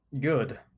good